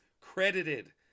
credited